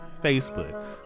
facebook